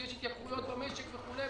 כי יש התייקרויות במשק וכו'.